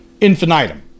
infinitum